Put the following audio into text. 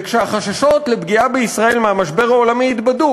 כשהחששות לפגיעה בישראל מהמשבר העולמי התבדו